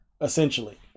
essentially